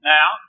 Now